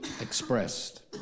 expressed